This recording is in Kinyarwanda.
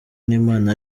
n’imana